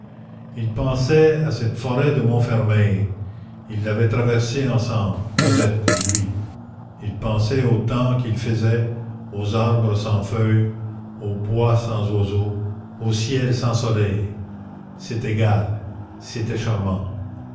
il pensait à cette forêt de montfermeil ils l'avaient traversée ensemble cosette et lui il pensait au temps qu'il faisait aux arbres sans feuilles au bois sans oiseaux au ciel sans soleil c'est égal c'était charmant